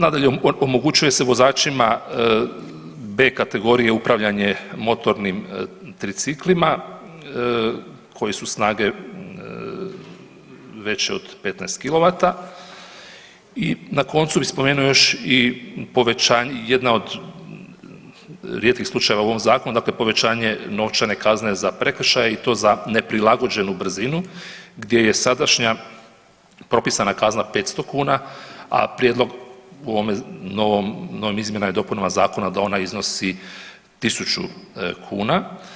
Nadalje, omogućuje se vozačima B kategorije upravljanje motornim triciklima koji su snage veće od 15 kW i na koncu bih spomenuo još i povećanje, jedna od rijetkih slučajeva u ovom Zakonu, dakle povećanje novčane kazne za prekršaje i to za neprilagođenu brzinu gdje je sadašnja propisana kazna 500 kuna, a prijedlog u ovome novom, novim izmjenama i dopunama Zakona da ona iznosi 1000 kuna.